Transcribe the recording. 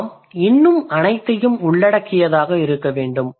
நாம் இன்னும் அனைத்தையும் உள்ளடக்கியதாக இருக்க வேண்டும்